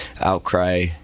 Outcry